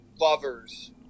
lover's